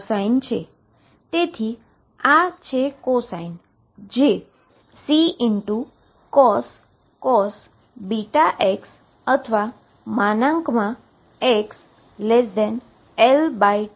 તેથી આ cosine છે જે C×cos βx અથવા |x|L2 β2mE2 બનશે